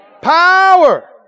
Power